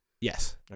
Yes